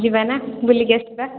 ଯିବା ନା ବୁଲିକି ଆସିବା